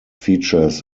features